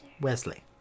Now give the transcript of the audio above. Wesley